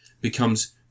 becomes